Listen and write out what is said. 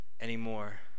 anymore